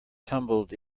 tumbled